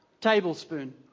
tablespoon